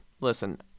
Listen